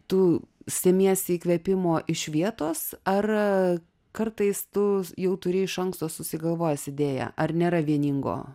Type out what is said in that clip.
tu semiesi įkvėpimo iš vietos ar kartais tu jau turi iš anksto susigalvojęs idėją ar nėra vieningo